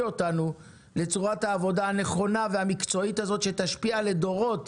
אותנו לצורת העבודה הנכונה והמקצועית הזאת שתשפיע לדורות,